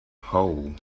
hole